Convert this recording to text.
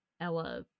Ella